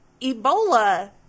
Ebola